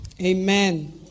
amen